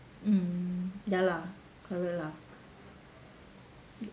mm ya lah correct lah